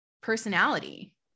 personality